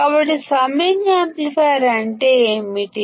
కాబట్టి summing amplifier అంటే ఏమిటి